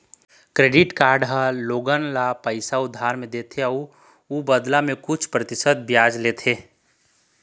credit card ह लोगन ल पइसा उधार म देथे अउ बदला म कुछ परतिसत बियाज लेथे